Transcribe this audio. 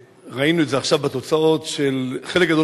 ראינו את זה עכשיו בתוצאות של חלק גדול